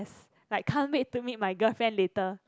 like can't wait to meet my girlfriend later